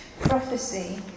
Prophecy